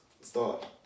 start